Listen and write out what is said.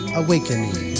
awakening